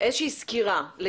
איזושהי סקירה.